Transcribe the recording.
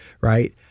right